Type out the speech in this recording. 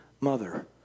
mother